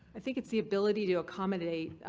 i think it's the ability to accommodate.